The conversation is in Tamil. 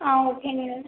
ஆ ஓகேங்க